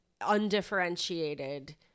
undifferentiated